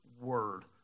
word